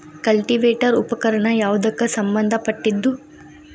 Cultivator ಉಪಕರಣ ಯಾವದಕ್ಕ ಸಂಬಂಧ ಪಟ್ಟಿದ್ದು?